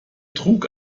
trug